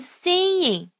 singing